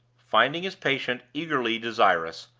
finding his patient eagerly desirous,